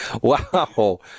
wow